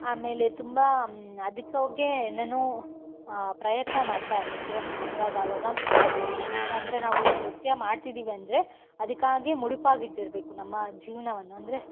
ಆಮೇಲೆ ತುಂಬ ಅದಕ್ಕಾಗೆ ಏನೇನೋ ಪ್ರಯತ್ನ ಮಾಡ್ತಾ ಇರಬೇಕು ಆವಾಗವಾಗ ಅಂದರೆ ನಾವು ನೃತ್ಯ ಮಾಡ್ತಿದ್ದೀವಿ ಅಂದರೆ ಅದಕ್ಕಾಗೆ ಮುಡುಪಾಗಿಟ್ಟಿರಬೇಕು ನಮ್ಮ ಜೀವನವನ್ನು ಅಂದರೆ